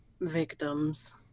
victims